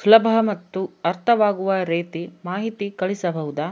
ಸುಲಭ ಮತ್ತು ಅರ್ಥವಾಗುವ ರೇತಿ ಮಾಹಿತಿ ಕಳಿಸಬಹುದಾ?